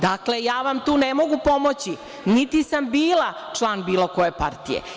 Dakle, ja vam tu ne mogu pomoći, niti sam bila član bilo koje partije.